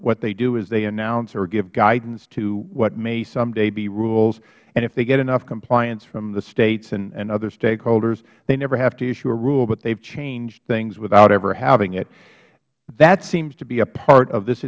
what they do is they announce or give guidance to what may someday be rules and if they get enough compliance from the states and other stakeholders they never have to issue a rule that they have changed things without ever having it that seems to be a part of this